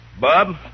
Bob